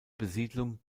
besiedlung